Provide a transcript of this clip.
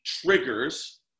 triggers